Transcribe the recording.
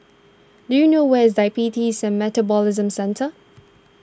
do you know where is Diabetes sen Metabolism Centre